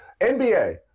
NBA